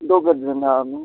दोघंच जणं आम्ही